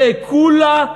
זה כולה